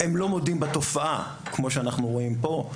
הם לא מודים בתופעה כמו שאנחנו רואים פה.